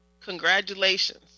congratulations